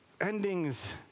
Endings